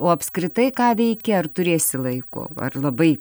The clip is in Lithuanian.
o apskritai ką veiki ar turėsi laiko ar labai